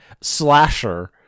slasher